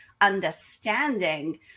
understanding